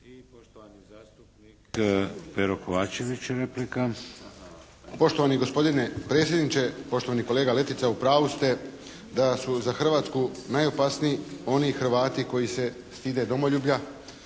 I poštovani zastupnik Pero Kovačević. Replika. **Kovačević, Pero (HSP)** Poštovani gospodine predsjedniče, poštovani kolega Letica u pravu ste da su za Hrvatsku najopasniji oni Hrvati koji se stide domoljublja